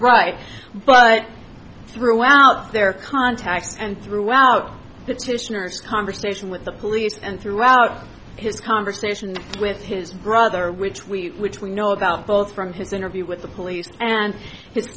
right but throughout their contacts and throughout that stationers conversation with the police and throughout his conversations with his brother which we know about both from his interview with the police and his